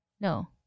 no